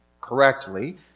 correctly